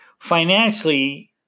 financially